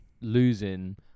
losing